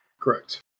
Correct